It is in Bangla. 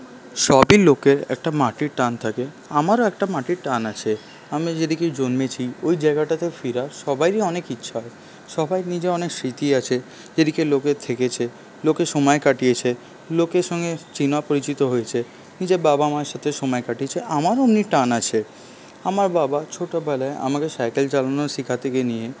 সবই লোকের একটা মাটির টান থাকে আমারও একটা মাটির টান আছে আমি যেদিকে জন্মেছি ওই জায়গাটাতে ফেরার সবাইয়েরই অনেক ইচ্ছা হয় সবাইর নিজের অনেক স্মৃতি আছে এদিকে লোকে থেকেছে লোকে সময় কাটিয়েছে লোকের সঙ্গে চেনা পরিচিত হয়েছে নিজের বাবা মায়ের সাথে সময় কাটিয়েছে আমারও অমনি টান আছে আমার বাবা ছোটো বেলায় আমাকে সাইকেল চালানো শেখা থেকে নিয়ে